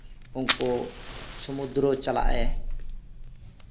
ᱠᱳ ᱥᱚᱢᱩᱫᱽᱫᱩᱨᱩ ᱪᱟᱞᱟᱜ ᱮ